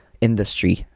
industry